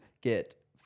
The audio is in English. get